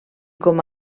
com